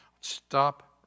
Stop